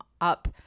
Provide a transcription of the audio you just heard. up